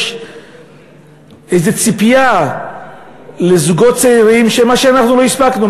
יש איזה ציפייה לזוגות צעירים שמה שאנחנו לא הספקנו,